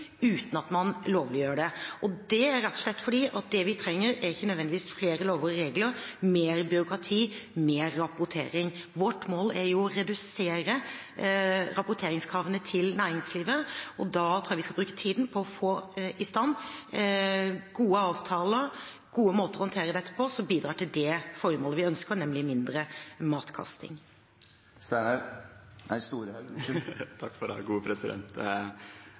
uten at man lovliggjør det – rett og slett fordi at det vi trenger, ikke nødvendigvis er flere lover og regler, mer byråkrati, mer rapportering. Vårt mål er å redusere rapporteringskravene for næringslivet, og da tror jeg vi skal bruke tiden på å få i stand gode avtaler, gode måter å håndtere dette på, som bidrar til det formålet vi ønsker, nemlig mindre matkasting. Takk for svaret. Noreg har forplikta seg og gjeve ei forsterka forplikting når det